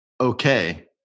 okay